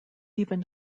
even